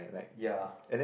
ya